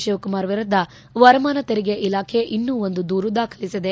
ತಿವಕುಮಾರ್ ವಿರುದ್ದ ವರಮಾನ ತೆರಿಗೆ ಇಲಾಖೆ ಇನ್ನೂ ಒಂದು ದೂರು ದಾಖಲಿಸಿದೆ